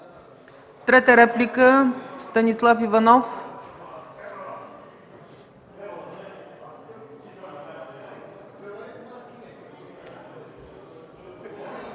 Трета реплика – Станислав Иванов.